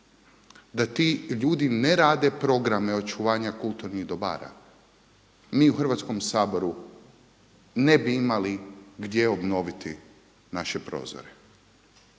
da ti ljudi ne rade programe očuvanja kulturnih dobara mi u Hrvatskom saboru ne bi imali gdje obnoviti naše prozore.